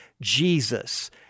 Jesus